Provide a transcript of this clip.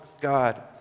God